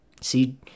See